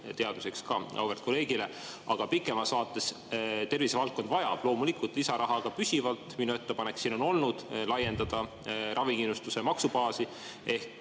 teadmiseks ka auväärt kolleegile –, aga pikemas vaates tervisevaldkond vajab loomulikult lisaraha ka püsivalt. Minu ettepanek on olnud laiendada ravikindlustuse maksubaasi ehk